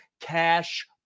cash